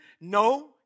No